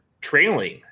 trailing